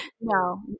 No